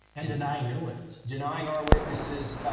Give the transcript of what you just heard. and denying your witnesses. denying our witnesses.